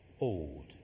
old